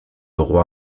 roy